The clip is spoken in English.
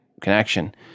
connection